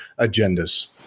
agendas